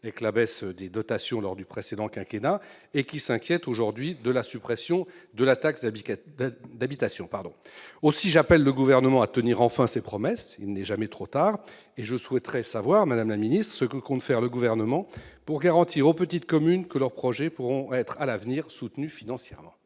avec la baisse des dotations lors du précédent quinquennat et qui s'inquiètent aujourd'hui de la suppression de la taxe d'habitation. Aussi, j'appelle le Gouvernement à tenir enfin ses promesses. Il n'est jamais trop tard. Madame la ministre, que compte faire le Gouvernement pour garantir aux petites communes que leurs projets pourront être à l'avenir soutenus financièrement